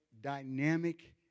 dynamic